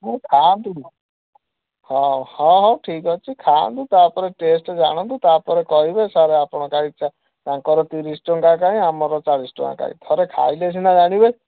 ହୁଁ ଖାଆନ୍ତୁ ହଉ ହଉ ଠିକ ଅଛି ଖାଆନ୍ତୁ ତା'ପରେ ଟେଷ୍ଟ୍ ଜାଣନ୍ତୁ ତା'ପରେ କହିବେ ସାର୍ ଆପଣ କାଇଁ ଚା ତାଙ୍କର ତିରିଶ ଟଙ୍କା କାଇଁ ଆମର ଚାଳିଶି ଟଙ୍କା କାଇଁ ଥରେ ଖାଇଲେ ସିନା ଜାଣିବେ